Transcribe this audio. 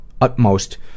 utmost